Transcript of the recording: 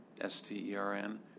S-T-E-R-N